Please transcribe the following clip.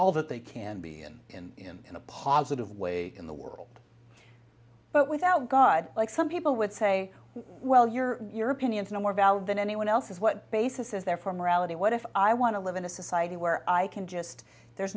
all that they can be in in in a positive way in the world but without god like some people would say well your your opinions are no more valid than anyone else's what basis is there for morality what if i want to live in a society where i can just there's